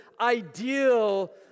ideal